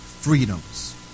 freedoms